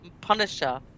Punisher